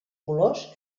colors